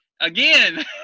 Again